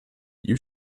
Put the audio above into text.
you